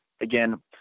Again